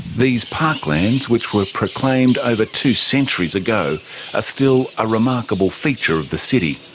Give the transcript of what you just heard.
these parklands which were proclaimed over two centuries ago are still a remarkable feature of the city.